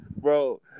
bro